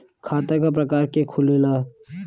खाता क प्रकार के खुलेला?